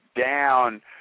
down